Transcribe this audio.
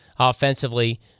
offensively